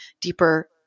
deeper